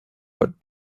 but